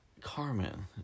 Carmen